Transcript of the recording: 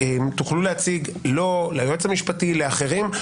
תוכלו להציג לו, ליועץ המשפטי, לאחרים.